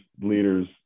leaders